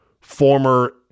former